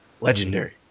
legendary